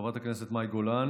חברת הכנסת מאי גולן,